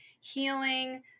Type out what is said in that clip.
healing